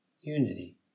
unity